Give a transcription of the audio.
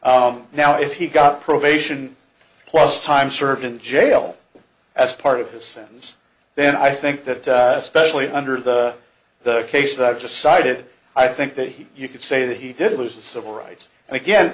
now if he got probation plus time served in jail as part of his sentence then i think that especially under the the case that i've just cited i think that he you could say that he did lose the civil rights and again